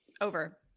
Over